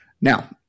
Now